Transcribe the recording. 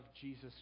Jesus